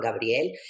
Gabriel